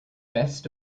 best